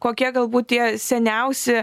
kokie galbūt tie seniausi